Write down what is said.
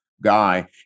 guy